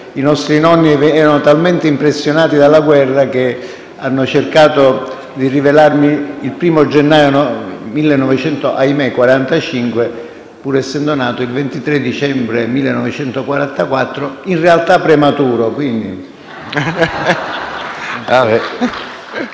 i nostri nonni erano talmente impressionati dalla guerra che hanno cercato di rivelarmi il 1° gennaio 1945, pur essendo nato il 23 dicembre 1944, in realtà prematuro.